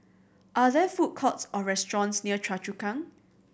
are there food courts or restaurants near Choa Chu Kang